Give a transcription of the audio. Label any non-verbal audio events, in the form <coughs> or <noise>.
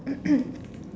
<coughs>